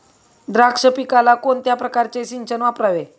द्राक्ष पिकाला कोणत्या प्रकारचे सिंचन वापरावे?